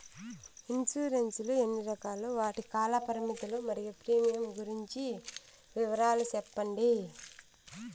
Insurance లు ఎన్ని రకాలు? వాటి కాల పరిమితులు మరియు ప్రీమియం గురించి వివరాలు సెప్పండి?